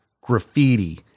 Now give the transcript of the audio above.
graffiti